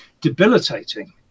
debilitating